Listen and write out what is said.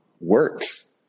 works